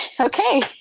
Okay